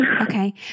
Okay